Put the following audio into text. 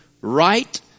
right